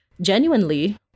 genuinely